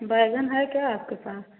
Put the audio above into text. बैंगन है क्या आपके पास